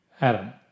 Adam